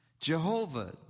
Jehovah